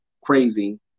crazy